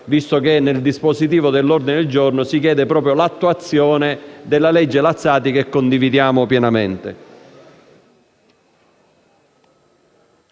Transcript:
visto che nel dispositivo di tale ordine del giorno si chiede proprio l'attuazione delle legge Lazzati, cosa che condividiamo pienamente.